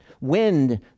wind